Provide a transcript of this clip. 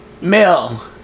male